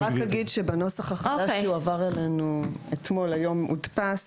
אני רק אומר שבנוסח החדש שהועבר אלינו אתמול והיום הודפס,